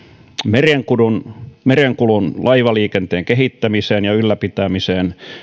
merenkulun merenkulun laivaliikenteen kehittämiseen ja ylläpitämiseen